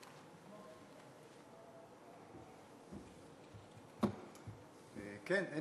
כן, אין